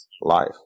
life